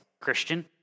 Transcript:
Christian